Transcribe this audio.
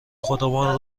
خودمان